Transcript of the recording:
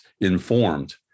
informed